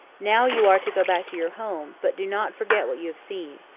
now you are to go back to your home, but do not forget what you have seen.